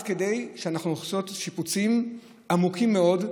אנחנו הולכים לעשות שיפוצים עמוקים מאוד,